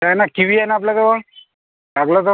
काय आहे ना किवी आहे ना आपल्याजवळ लागलं तर